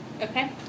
Okay